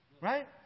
right